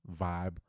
vibe